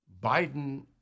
Biden